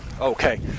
Okay